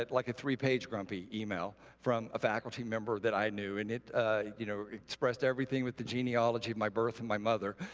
like, a three-page grumpy email from a faculty member that i knew. and it you know expressed everything with the genealogy of my birth and my mother.